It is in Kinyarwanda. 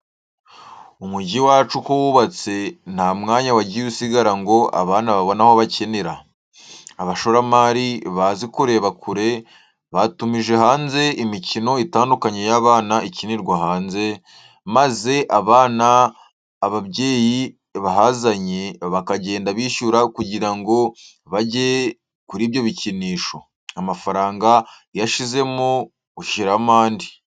Umujyi wacu uko wubatse, nta mwanya wagiye usigara ngo abana babone aho bakinira. Abashoramari bazi kureba kure, batumije hanze imikino itandukanye y'abana ikinirwa hanze, maze abana ababyeyi bahazanye, bakagenda bishyura kugira ngo bajye kuri ibyo bikinisho. Amafaranga iyo ashizemo ushyiramo andi.